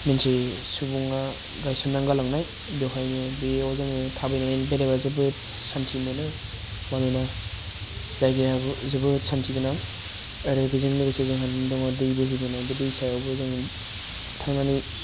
मोनथियै सुबुङा गायसनना गालांनाय बेवहायनो बेयाव जोङो थाबायनानै बेरायबा जोबोद सान्थि मोनो मानोना जायगायाबो जोबोद सान्थि गोनां आरो बेजों लोगोसे जोंहा दङ दै बोहैबोनाय बे दैसायावबो जों थांनानै